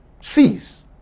sees